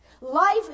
Life